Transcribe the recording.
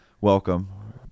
welcome